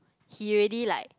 he really like